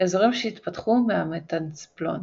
אזורים שהתפתחו מהמטנצפלון